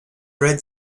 red